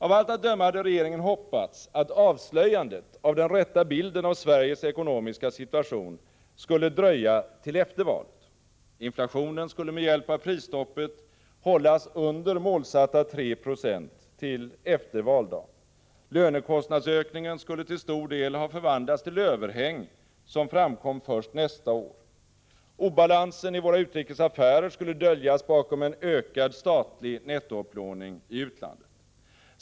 Av allt att döma hade regeringen hoppats att avslöjandet av den rätta bilden av Sveriges ekonomiska situation skulle dröja till efter valet. Inflationen skulle med hjälp av prisstoppet hållas under målet 3 Yo till efter valdagen. Lönekostnadsökningen skulle till stor del ha förvandlats till överhäng, som skulle ha framkommit först nästa år. Obalansen i våra utrikesaffärer skulle döljas bakom en ökad statlig nettoupplåning i utlandet.